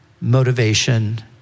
motivation